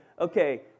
okay